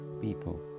people